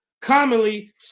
commonly